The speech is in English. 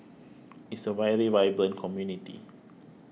is a very vibrant community